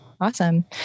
awesome